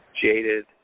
jaded